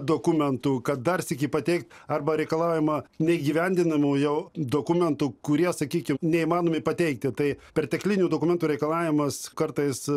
dokumentų kad dar sykį pateikt arba reikalavimą neįgyvendinamų jau dokumentų kurie sakykim neįmanomi pateikti tai perteklinių dokumentų reikalavimas kartais